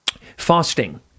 Fasting